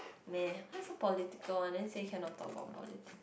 meh why so political one then say cannot talk about politics